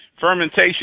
Fermentation